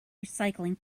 recycling